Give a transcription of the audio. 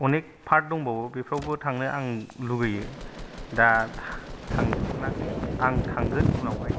अनेक पार्क दंबावो बेफोरावबो थांनो आं लुगैयो दा थांजोब मोनाखौ आं थांगोन उनावहाय